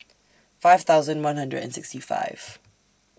five thousand one hundred and sixty five